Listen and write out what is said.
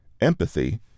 empathy